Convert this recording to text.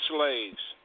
Slaves